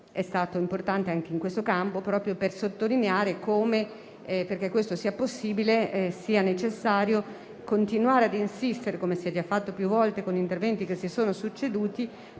è stato importante anche in questo campo, per sottolineare che, affinché questo sia possibile, è necessario continuare ad insistere, come si è già fatto più volte, con gli interventi che si sono succeduti.